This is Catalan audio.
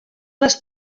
les